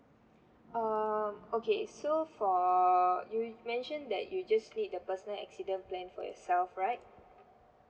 um okay so for you mention that you just need the personal accident plan for yourself right